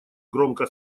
громко